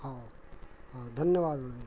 हओ हाँ धन्यवाद बड़े भैया